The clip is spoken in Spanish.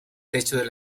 techo